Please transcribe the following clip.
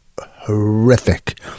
horrific